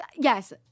Yes